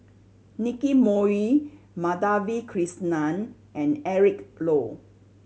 Nicky Moey Madhavi Krishnan and Eric Low